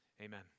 Amen